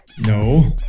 No